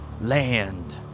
Land